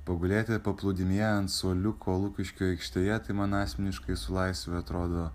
pagulėti paplūdimyje ant suoliuko lukiškių aikštėje tai man asmeniškai su laisve atrodo